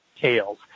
tails